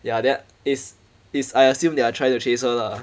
ya then is is I assume they are trying to chase her lah